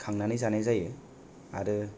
खांनानै जानाय जायो आरो